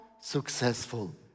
successful